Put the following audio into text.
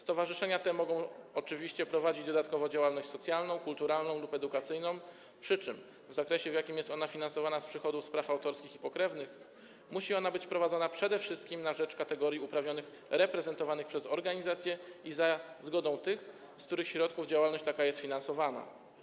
Stowarzyszenia te mogą oczywiście prowadzić dodatkowo działalność socjalną, kulturalną lub edukacyjną, przy czym musi ona - w zakresie, w jakim jest finansowana z przychodów z praw autorskich i pokrewnych - być prowadzona przede wszystkim na rzecz kategorii uprawnionych reprezentowanych przez organizację i za zgodą tych, z których środków działalność taka jest finansowana.